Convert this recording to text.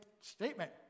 statement